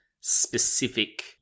specific